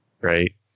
Right